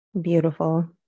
Beautiful